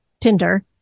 Tinder